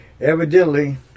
evidently